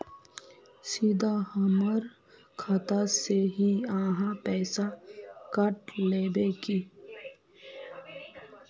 सीधा हमर खाता से ही आहाँ पैसा काट लेबे की?